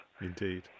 Indeed